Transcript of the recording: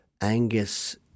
Angus